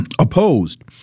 opposed